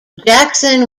jackson